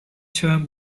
term